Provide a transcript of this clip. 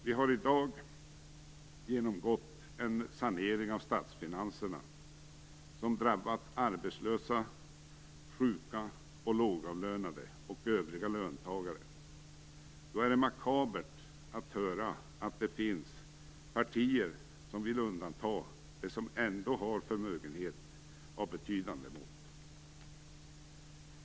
Vi har i dag genomgått en sanering av statsfinanserna som drabbat arbetslösa, sjuka och lågavlönade liksom övriga löntagare. Då är det makabert att höra att det finns partier som vill undanta dem som ändå har förmögenhet av betydande mått.